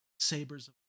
sabers